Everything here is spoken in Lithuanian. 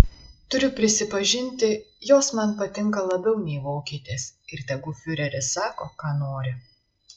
turiu prisipažinti jos man patinka labiau nei vokietės ir tegu fiureris sako ką nori